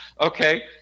Okay